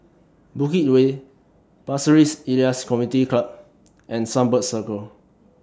Bukit Way Pasir Ris Elias Community Club and Sunbird Circle